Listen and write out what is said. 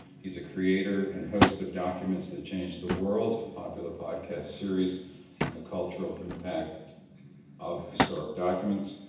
he is creater and host of documents that changed the world, a popular pod cast series on the cultural impact of historical documents.